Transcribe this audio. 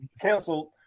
canceled